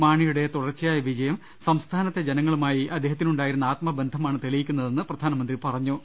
മാണിയുടെ തുടർച്ചയായ വിജയം സംസ്ഥാനത്തെ ജനങ്ങളുമായി അദ്ദേഹത്തിനുണ്ടായിരുന്ന ആത്മ ബന്ധമാണ് തെളിയിക്കുന്നതെന്ന് പ്രധാനമന്ത്രി പറഞ്ഞു